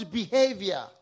behavior